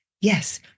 Yes